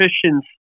Christians